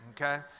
okay